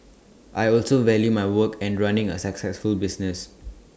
I also value my work and running A successful business